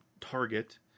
target